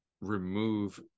remove